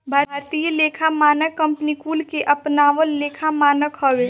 भारतीय लेखा मानक कंपनी कुल के अपनावल लेखा मानक हवे